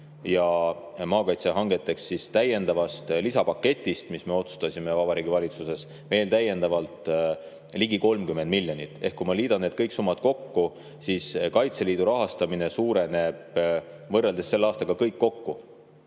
ja maakaitsehangeteks täiendavast lisapaketist, mille me otsustasime Vabariigi Valitsuses, veel täiendavalt ligi 30 miljonit. Kui ma liidan kõik need summad kokku, siis Kaitseliidu rahastamine suureneb võrreldes selle aastaga üle 40